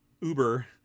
Uber